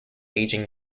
aging